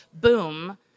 boom